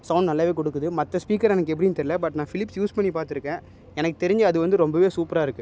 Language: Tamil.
சவுண்ட் நல்லாவே கொடுக்குது மற்ற ஸ்பீக்கர் எனக்கு எப்படின்னு தெரியலை பட் நான் பிலிப்ஸ் யூஸ் பண்ணி பார்த்துருக்கேன் எனக்கு தெரிஞ்சு அது வந்து ரொம்பவே சூப்பராக இருக்குது